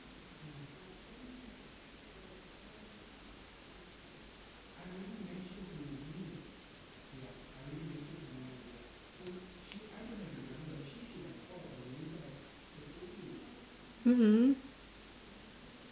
mm mm